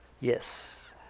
Yes